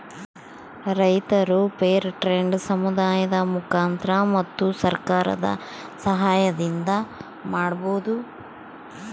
ರೈತರು fair trade ಸಮುದಾಯದ ಮುಖಾಂತರ ಮತ್ತು ಸರ್ಕಾರದ ಸಾಹಯದಿಂದ ಮಾಡ್ಬೋದು